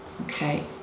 Okay